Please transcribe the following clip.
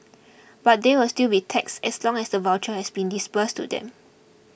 but they will still be taxed as long as the voucher has been disbursed to them